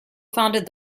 founded